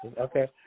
Okay